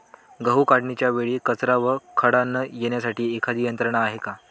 गहू काढणीच्या वेळी कचरा व खडा न येण्यासाठी एखादी यंत्रणा आहे का?